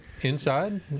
inside